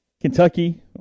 Kentucky